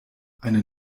eine